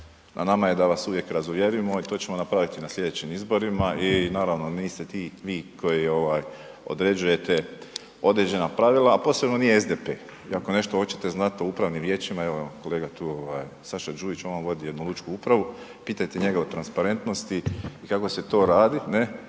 na nam je da vas uvijek razuvjerimo i to ćemo napraviti i na slijedećim izborima i naravno, niste ti vi koji određujete određena pravila a posebno nije SDP. I ako nešto hoćete o upravnim vijećima, evo vam kolega tu, Saša Đujić, on vam vodi jednu lučku upravu, pitajte njega o transparentnosti i kako se to radi